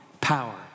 power